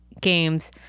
games